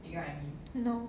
no